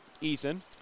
Ethan